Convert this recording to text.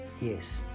Yes